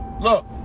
Look